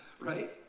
right